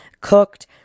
Cooked